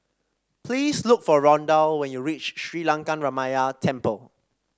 please look for Rondal when you reach Sri Lankaramaya Temple